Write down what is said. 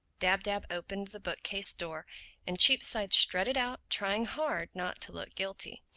dab-dab opened the bookcase-door and cheapside strutted out trying hard not to look guilty.